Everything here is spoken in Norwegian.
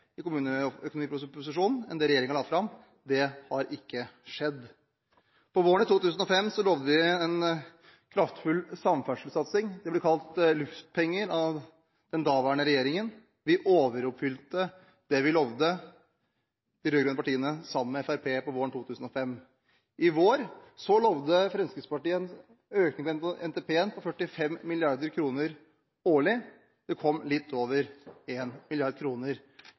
i kommuneøkonomiproposisjonen enn det regjeringen la fram. Det har ikke skjedd noe der. Våren 2005 lovte vi en kraftfull samferdselssatsing. Det ble kalt luftpenger av den daværende regjeringen. De rød-grønne partiene overoppfylte det vi lovte, sammen med Fremskrittspartiet, våren 2005. I vår lovte Fremskrittspartiet en økning i NTP-en på 45 mrd. kr årlig – det kom litt over 1 mrd. kr i budsjettet. I 2005 lovte vi en